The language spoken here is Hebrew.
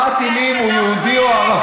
ואחת היא לי אם הוא יהודי או ערבי.